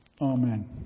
Amen